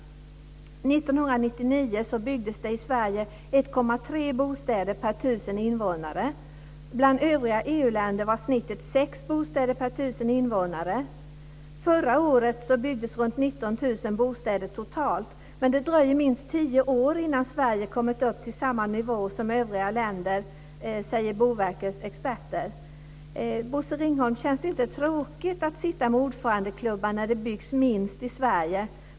År 1999 byggdes det i Sverige 1,3 bostäder per tusen invånare. Bland övriga EU-länder var snittet 6 19 000 bostäder totalt. Men det dröjer minst tio år innan Sverige kommit upp till samma nivå som övriga länder, säger Boverkets experter. Bosse Ringholm! Känns det inte tråkigt att sitta med ordförandeklubban när det byggs minst i Sverige?